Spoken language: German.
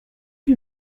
mir